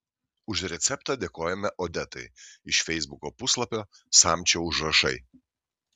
už receptą dėkojame odetai iš feisbuko puslapio samčio užrašai